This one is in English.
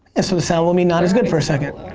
and so the sound will be not as good for a second.